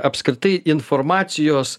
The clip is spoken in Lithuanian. apskritai informacijos